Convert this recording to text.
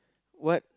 what